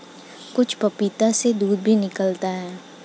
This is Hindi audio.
कच्चे पपीते से दूध भी निकलता है